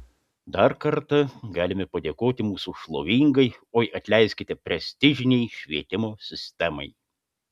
dar kartą galime padėkoti mūsų šlovingai oi atleiskite prestižinei švietimo sistemai